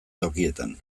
tokietan